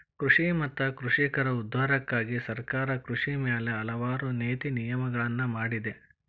ಕೃಷಿ ಮತ್ತ ಕೃಷಿಕರ ಉದ್ಧಾರಕ್ಕಾಗಿ ಸರ್ಕಾರ ಕೃಷಿ ಮ್ಯಾಲ ಹಲವಾರು ನೇತಿ ನಿಯಮಗಳನ್ನಾ ಮಾಡಿದೆ